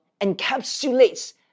encapsulates